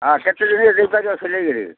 ହଁ କେତେ ଦିନରେ ଦେଇପାରିବ ସିଲେଇକିରି